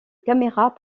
caméras